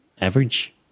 average